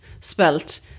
spelt